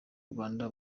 rwanda